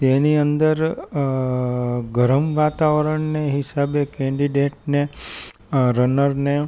તેની અંદર ગરમ વાતાવરણને હિસાબે કેન્ટીડેટને રનરને